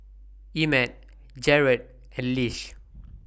Emett Jarred and Lish